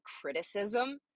criticism